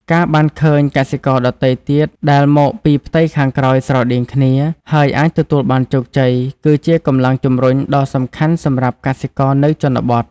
ការបានឃើញកសិករដទៃទៀតដែលមកពីផ្ទៃខាងក្រោយស្រដៀងគ្នា ហើយអាចទទួលបានជោគជ័យ គឺជាកម្លាំងជំរុញដ៏សំខាន់សម្រាប់កសិករនៅជនបទ។